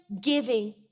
giving